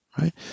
right